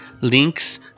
links